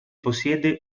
possiede